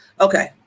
Okay